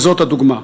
וזאת הדוגמה.